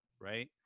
right